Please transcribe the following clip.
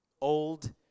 old